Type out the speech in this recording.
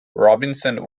robinson